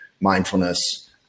mindfulness